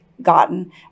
gotten